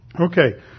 Okay